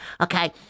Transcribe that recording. Okay